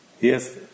Yes